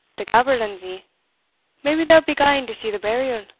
the gaberlunzie maybe they'll be gaun to see the burial.